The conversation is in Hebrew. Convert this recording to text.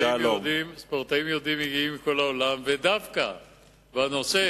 ספורטאים יהודים מגיעים מכל העולם, ודווקא בנושא